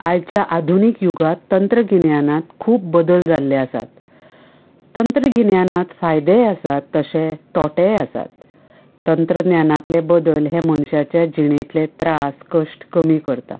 आयच्या आधुनीक युगांत तंत्रगिन्यानांत खूब बदल जाल्ले आसात तंत्रगिन्यानांत फायदेय आसात तर तशे टोटेय आसा तंत्रज्ञानातले बदल हे मनशाच्या जिणेंतले त्रास कश्ट कमी करतात